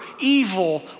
evil